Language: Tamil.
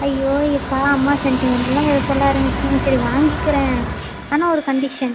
ஐயோ எப்பா அம்மா செண்டிமெண்ட்லாம் வேறு சொல்ல ஆரமிச்சிட்டிங்க சரி வாங்கிக்கிறேன் ஆனால் ஒரு கண்டீஷன்